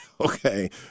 Okay